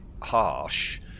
harsh